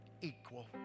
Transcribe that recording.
equal